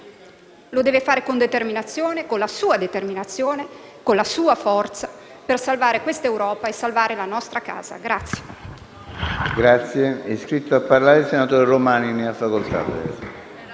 lo deve fare con determinazione, con la sua determinazione, con la sua forza, per salvare questa Europa e la nostra casa.